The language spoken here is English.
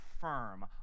firm